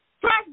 Trust